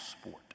sport